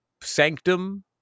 Sanctum